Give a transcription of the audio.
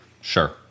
Sure